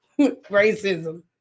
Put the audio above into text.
racism